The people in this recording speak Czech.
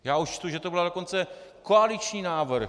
Já už čtu, že to byl dokonce koaliční návrh.